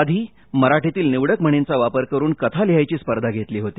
आधी मराठीतील निवडक म्हणींचा वापर कथा लिहायची स्पर्धा घेतली होती